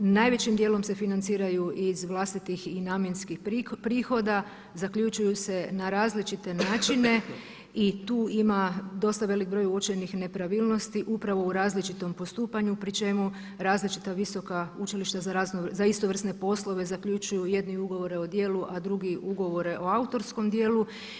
Najvećim dijelom se financiraju iz vlastitih i namjenskih prihoda, zaključuju se na različite načine i tu ima dosta veliki broj uočenih nepravilnosti, upravo u različitom postupanju pri čemu različita visoka učilišta za istovrsne poslove zaključuju jedni ugovore o djelu, a drugi ugovore o autorskom djelu.